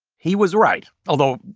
he was right although,